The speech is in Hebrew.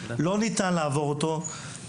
לא ניתן לעבור אותו.